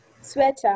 Sweater